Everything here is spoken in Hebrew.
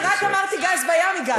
רק אמרתי "גז בים" הגעת.